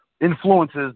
influences